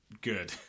good